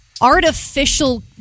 artificial